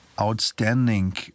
outstanding